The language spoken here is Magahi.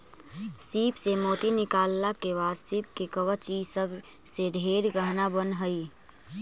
सीप से मोती निकालला के बाद सीप के कवच ई सब से ढेर गहना बन हई